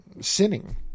sinning